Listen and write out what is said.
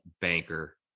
banker